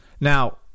Now